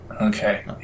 Okay